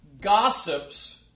Gossips